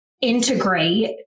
integrate